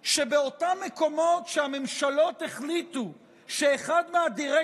האמת, במקרה הזה, אנחנו התעקשנו שזה יגיע